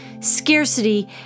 scarcity